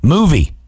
Movie